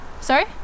Sorry